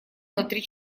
внутри